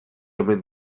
omen